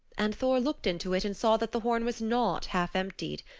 and thor looked into it and saw that the horn was not half emptied.